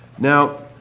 Now